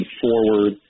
forward